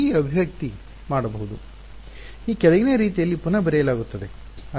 ಈಗ ಈ ಅಭಿವ್ಯಕ್ತಿ ಮಾಡಬಹುದು ಈ ಕೆಳಗಿನ ರೀತಿಯಲ್ಲಿ ಪುನಃ ಬರೆಯಲಾಗುತ್ತದೆ